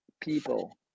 people